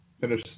finish